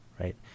right